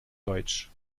deutsch